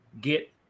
get